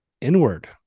inward